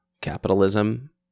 capitalism